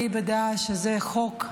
אני בדעה שזה חוק,